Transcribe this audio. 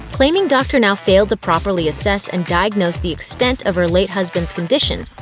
claiming dr. now failed to properly assess and diagnose the extent of her late husband's condition,